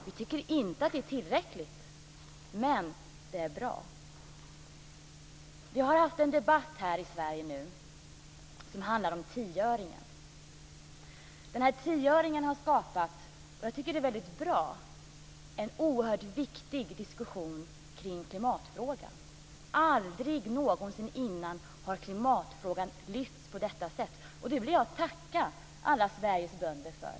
Vi tycker inte att det är tillräckligt, men det är bra. Vi har haft en debatt i Sverige som har handlat om en tioöring. Den här tioöringen har skapat - och det tycker jag är bra - en oerhört viktig diskussion om klimatfrågan. Aldrig någonsin tidigare har klimatfrågan lyfts fram på detta sätt. Det vill jag tacka alla Sveriges bönder för.